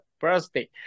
birthday